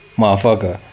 motherfucker